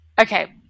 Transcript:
Okay